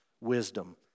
wisdom